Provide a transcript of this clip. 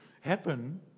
happen